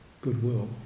goodwill